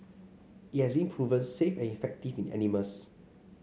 it has been proven safe and effective in animals